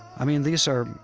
i mean, these are,